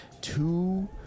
two